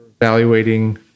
evaluating